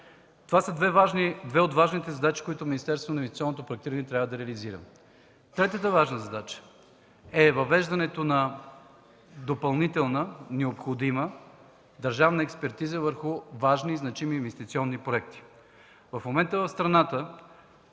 Това са две от важните задачи, които Министерството на инвестиционното проектиране трябва да реализира. Третата важна задача е въвеждането на допълнителна необходима държавна експертиза върху важни и значими инвестиционни проекти. В момента в страната